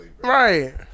Right